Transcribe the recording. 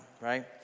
right